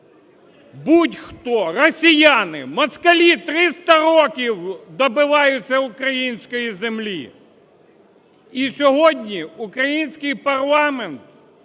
будь-хто, росіяни. Москалі 300 років добиваються української землі. І сьогодні український парламент